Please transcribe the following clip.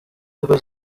ariko